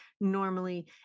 normally